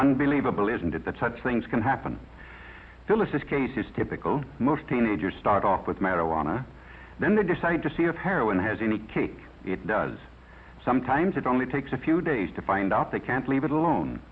unbelievable isn't it that such things can happen phyllis's kate is typical most teenagers start off with marijuana then they decide to see of heroin has any cake it does sometimes it only takes a few days to find out they can't leave it alone